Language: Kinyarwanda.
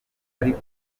ariko